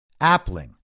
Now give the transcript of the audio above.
Appling